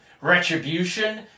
Retribution